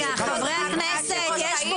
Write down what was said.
רק מה שראש העיר בוחר?